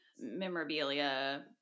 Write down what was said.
memorabilia